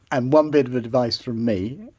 and one bit of advice from me.